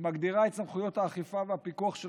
היא מגדירה את סמכויות האכיפה והפיקוח של